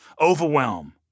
overwhelm